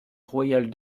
royale